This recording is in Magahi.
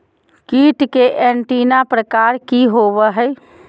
कीट के एंटीना प्रकार कि होवय हैय?